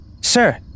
Sir